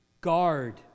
guard